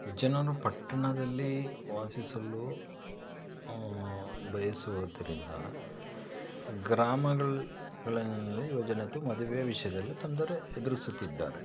ಜನರು ಪಟ್ಟಣದಲ್ಲಿ ವಾಸಿಸಲು ಬಯಸುವುದ್ರಿಂದ ಗ್ರಾಮಗಳಲ್ಲಿ ಯುವ ಜನತೆ ಮದುವೆ ವಿಷಯದಲ್ಲಿ ತೊಂದರೆ ಎದುರಿಸುತ್ತಿದ್ದಾರೆ